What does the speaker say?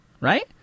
Right